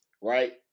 right